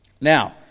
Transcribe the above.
Now